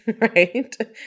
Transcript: right